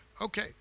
okay